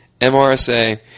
MRSA